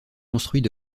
construits